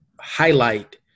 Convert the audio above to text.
highlight